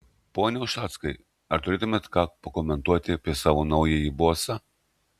pone ušackai ar turėtumėte ką pakomentuoti apie savo naująjį bosą